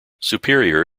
superior